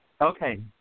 Okay